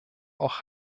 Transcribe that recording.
auch